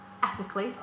ethically